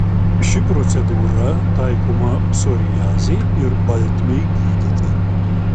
ši procedūra taikoma psoriazei ir baltmei gydyti